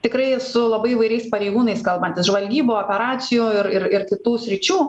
tikrai su labai įvairiais pareigūnais kalbantis žvalgybų operacijų ir ir ir kitų sričių